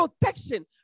protection